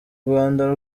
rwanda